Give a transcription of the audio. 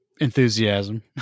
enthusiasm